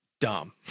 dumb